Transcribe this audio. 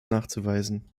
nachzuweisen